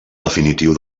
definitiu